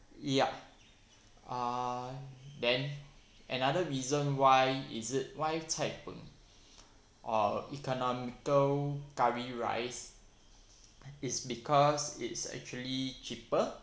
ya uh then another reason why is it why cai png or economical curry rice is because it's actually cheaper